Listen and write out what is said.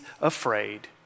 afraid